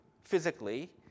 physically